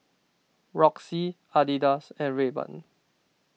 Roxy Adidas and Rayban